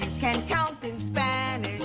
can count in spanish